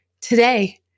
today